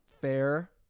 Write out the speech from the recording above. Fair